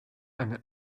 eine